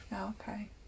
okay